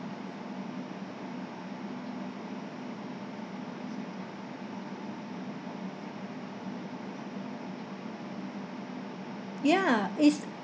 ya it's